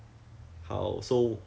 I don't know because 这个这